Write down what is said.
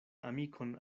amikon